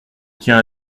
tiens